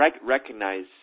recognize